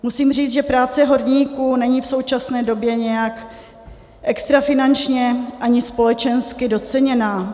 Musím říct, že práce horníků není v současné době nijak extra finančně ani společensky doceněna.